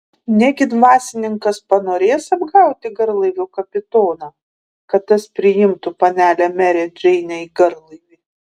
negi dvasininkas panorės apgauti garlaivio kapitoną kad tas priimtų panelę merę džeinę į garlaivį